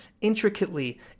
intricately